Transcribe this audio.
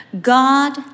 God